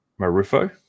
Marufo